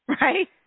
right